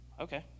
okay